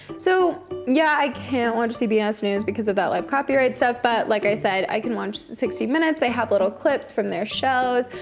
so yeah, i can't watch cbs news because of that live copyright stuff, but like i said, i can watch sixty minutes. they have little clips from their shows.